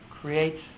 creates